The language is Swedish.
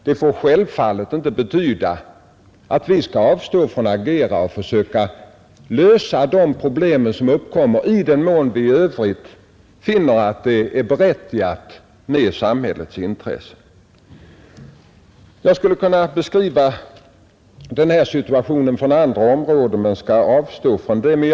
Vi får självfallet inte avstå från att agera utan försöka lösa de problem som uppkommer i den mån vi i övrigt finner att det ligger i samhällets intresse. Jag skulle kunna beskriva situationen på andra områden men jag skall avstå från att göra detta.